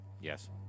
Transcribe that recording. Yes